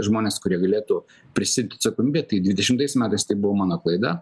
žmones kurie galėtų prisiimti atsakomybę tai dvidešimtais metais tai buvo mano klaida